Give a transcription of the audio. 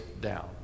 down